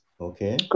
Okay